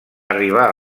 arribar